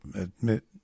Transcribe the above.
Admit